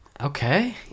Okay